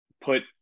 put